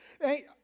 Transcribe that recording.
Hey